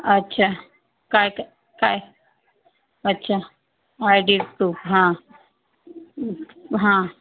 अच्छा काय काय अच्छा आय डी प्रूफ हां हां